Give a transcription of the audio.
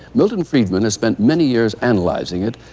milton friedman has spent many years analyzing it,